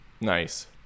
Nice